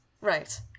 right